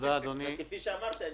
כפי שאמרת,